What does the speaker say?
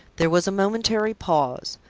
there was a momentary pause.